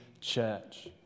church